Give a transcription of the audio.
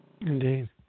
Indeed